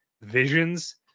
visions